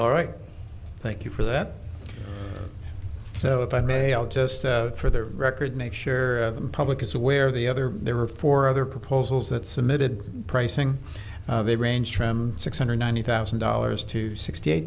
all right thank you for that so if i may i'll just for the record make sure the public is aware of the other there are four other proposals that submitted pricing they range from six hundred ninety thousand dollars to sixty eight